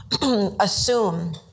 assume